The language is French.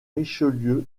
richelieu